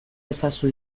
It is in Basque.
ezazu